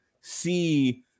see